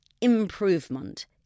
improvement